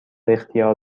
اختیار